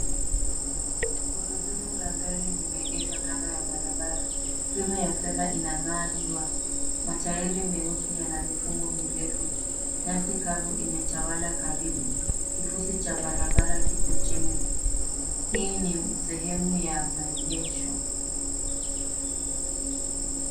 Gurudumu la gari limeegeshwa kando ya barabara. Rimu ya fedha inang'aa jua. Matairi meusi yana mifumo mirefu. Nyasi kavu imetawala karibu. Kifusi cha barabara kipo chini. Hii ni sehemu ya maegesho.